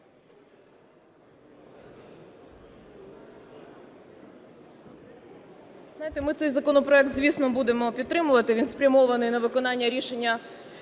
Знаєте, ми цей законопроект, звісно, будемо підтримувати. Він спрямований на виконання рішення